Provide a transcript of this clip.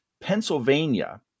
Pennsylvania